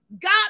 God